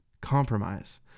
compromise